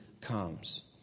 comes